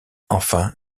enfin